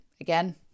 again